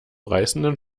reißenden